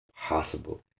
Possible